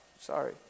sorry